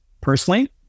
personally